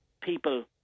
people